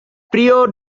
prior